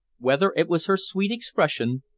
whether it was her sweet expression,